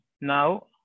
now